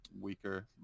weaker